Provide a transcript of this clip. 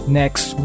next